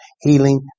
healing